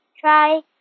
try